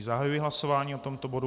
Zahajuji hlasování o tomto bodu.